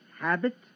habit